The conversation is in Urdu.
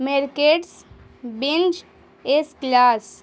میرکیٹس بنج ایس گلاس